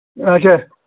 اچھا